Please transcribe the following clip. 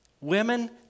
Women